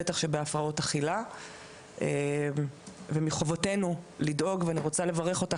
בטח שבהפרעות אכילה ומחובתנו לדאוג ואני רוצה לברך אותך